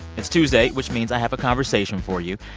it's tuesday, which means i have a conversation for you.